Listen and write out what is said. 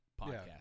podcast